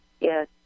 yes